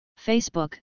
Facebook